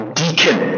deacon